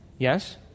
Yes